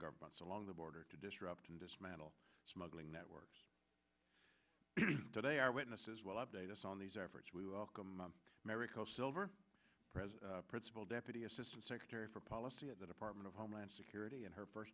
governments along the border to disrupt and dismantle smuggling networks they are witnesses while update us on these efforts we welcome maricopa silver president principal deputy assistant secretary for policy at the department of homeland security and her first